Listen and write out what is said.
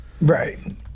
Right